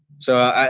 so,